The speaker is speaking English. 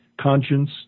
conscience